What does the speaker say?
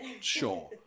Sure